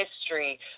history